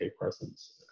presence